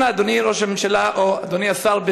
אנא, אדוני ראש הממשלה, או אדוני השר,